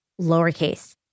lowercase